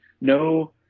No –